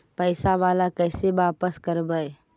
पैसा बाला कैसे बापस करबय?